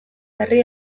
herri